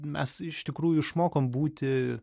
mes iš tikrųjų išmokom būti